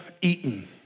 eaten